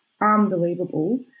unbelievable